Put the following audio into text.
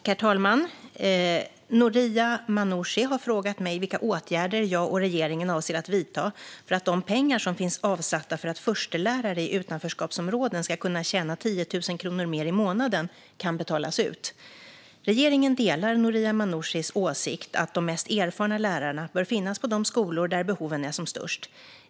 Herr talman! Noria Manouchi har frågat mig vilka åtgärder jag och regeringen avser att vidta så att de pengar som finns avsatta för att förstelärare i utanförskapsområden ska kunna tjäna 10 000 kronor mer i månaden kan betalas ut. Regeringen delar Noria Manuchis åsikt att de mest erfarna lärarna bör finnas på de skolor där behoven är som störst.